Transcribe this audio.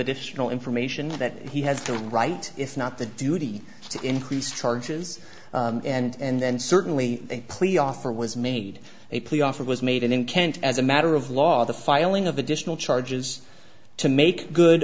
additional information that he has the right if not the duty to increase charges and then certainly a plea offer was made a plea offer was made in kent as a matter of law the filing of additional charges to make good